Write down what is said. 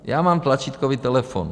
Já mám tlačítkový telefon.